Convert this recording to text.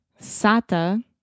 SATA